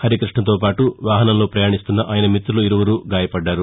హరికృష్ణతో పాటు వాహనంలో పయాణిస్తున్న ఆయన మిత్తులు ఇరువురు గాయపడ్డారు